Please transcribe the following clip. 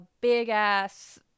big-ass